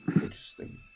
Interesting